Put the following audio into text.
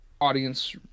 audience